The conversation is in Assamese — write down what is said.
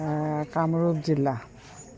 কামৰূপ জিলা